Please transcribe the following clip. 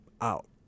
out